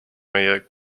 meie